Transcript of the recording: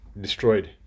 destroyed